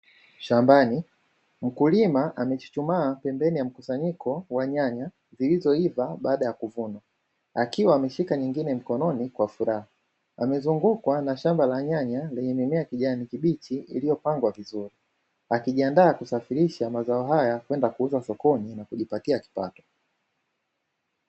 Shambani, Mkulima amechuchumaa pembeni ya mkusanyiko wa nyanya zilizoiva baada ya kuvunwa, akiwa ameshika nyingine mkononi kwa furaha. Amezungukwa na shamba la nyanya lenye mimea ya kijani kibichi iliyopangwa vizuri, akijiandaa kusafirisha mazao haya kwenda kuuza sokoni na kujipatia kipato.